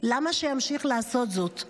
למה שימשיך לעשות זאת?